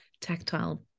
tactile